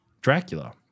Dracula